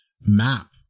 map